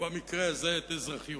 ובמקרה הזה את אזרחיותיה.